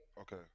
okay